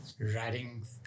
Writing